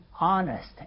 honest